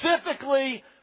specifically